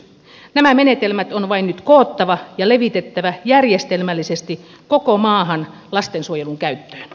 nämä menetelmät on vain nyt koottava ja levitettävä järjestelmällisesti koko maahan lastensuojelun käyttöön